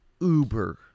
Uber